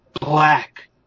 black